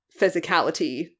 physicality